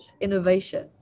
innovation